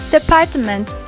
Department